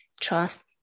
trust